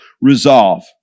resolve